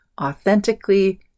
authentically